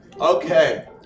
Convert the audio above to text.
Okay